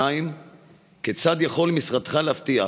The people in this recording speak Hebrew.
2. כיצד יכול משרדך להבטיח